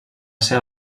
ser